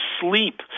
sleep